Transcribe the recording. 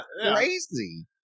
crazy